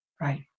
Right